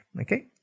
Okay